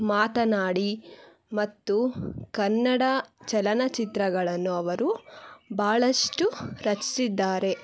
ಮಾತನಾಡಿ ಮತ್ತು ಕನ್ನಡ ಚಲನಚಿತ್ರಗಳನ್ನು ಅವರು ಭಾಳಷ್ಟು ರಚಿಸಿದ್ದಾರೆ